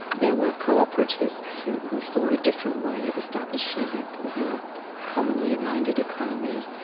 there were co-operatists who who saw a different way of establishing a kind of more commonly-minded economy,